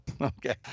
okay